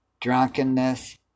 drunkenness